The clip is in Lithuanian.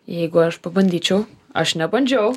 jeigu aš pabandyčiau aš nebandžiau